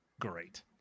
great